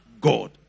God